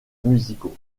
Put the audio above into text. musicaux